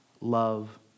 love